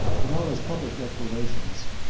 in all his public declarations,